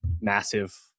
massive